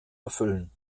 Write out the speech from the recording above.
erfüllen